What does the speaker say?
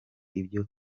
ibyo